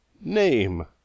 Name